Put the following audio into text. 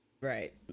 Right